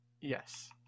Yes